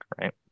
right